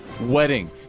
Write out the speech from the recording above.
wedding